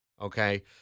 okay